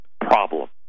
problem